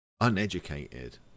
uneducated